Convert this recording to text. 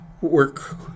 work